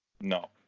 No